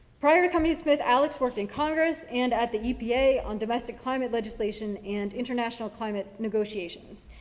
prior to coming to smith, alex worked in congress and at the epa on domestic climate legislation and international climate negotiations.